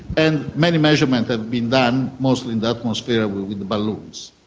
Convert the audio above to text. and many measurements have been done, mostly in the atmosphere with balloons.